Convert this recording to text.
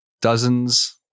dozens